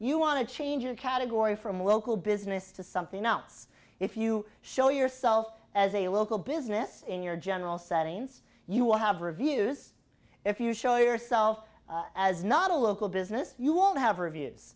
you want to change a category from local business to something else if you show yourself as a local business in your general settings you will have reviews if you show yourself as not a local business you will have reviews